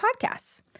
podcasts